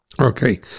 okay